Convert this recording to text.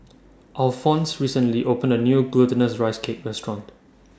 Alfonse recently opened A New Glutinous Rice Cake Restaurant